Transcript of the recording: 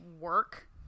work